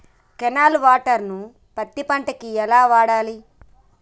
Canal water ను పత్తి పంట కి ఎలా వాడాలి?